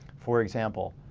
for example,